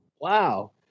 Wow